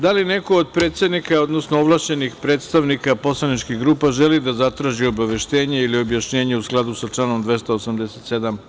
Da li neko od predsednika, odnosno ovlašćenih predstavnika poslaničkih grupa želi da zatraži obaveštenje ili objašnjenje u skladu sa članom 287.